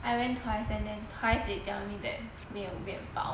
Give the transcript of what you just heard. I went twice and then twice they tell me that 没有面包